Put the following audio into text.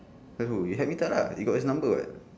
just would you help me tell lah you got his number [what]